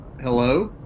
Hello